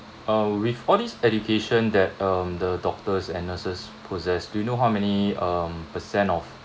uh with all these education that um the doctors and nurses possess do you know how many um percent of